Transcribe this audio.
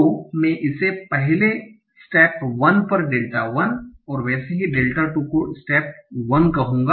तो मैं इसे पहले स्टेप 1 पर डेल्टा 1 और वैसे ही डेल्टा 2 को स्टेप 1 कहुगा